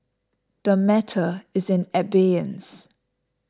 the matter is in abeyance